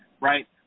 right